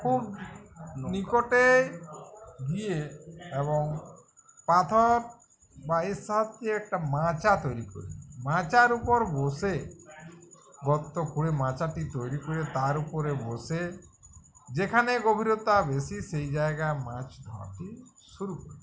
খুব নিকটে গিয়ে এবং পাথর বা একটা মাচা তৈরি করি মাচার উপর বসে গর্ত খুঁড়ে মাচাটি তৈরি করে তার উপরে বসে যেখানে গভীরতা বেশি সেই জায়গায় মাছ ধরতে শুরু করি